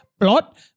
Plot